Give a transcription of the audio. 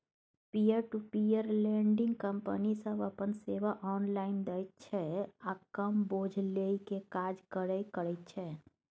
peer to peer lending company सब अपन सेवा ऑनलाइन दैत छै आ कम बोझ लेइ के काज करे करैत छै